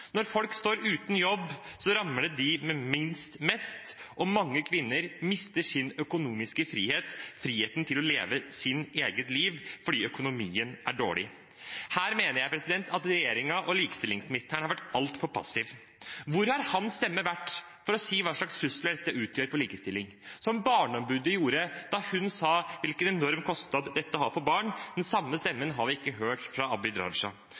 Når folk står uten jobb, rammer det dem med minst mest, og mange kvinner mister sin økonomiske frihet og friheten til å leve sitt eget liv fordi økonomien er dårlig. Her mener jeg at regjeringen og likestillingsministeren har vært altfor passive. Hvor har hans stemme vært for å si hva slags trusler dette utgjør for likestillingen, slik barneombudet gjorde da hun sa hvilken enorm kostnad dette har for barn? Den samme stemmen har vi ikke hørt fra Abid Q. Raja.